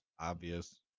obvious